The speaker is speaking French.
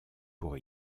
pour